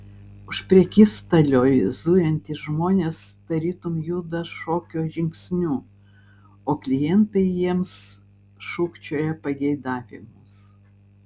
už prekystalio zujantys žmonės tarytum juda šokio žingsniu o klientai jiems šūkčioja pageidavimus